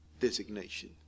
designation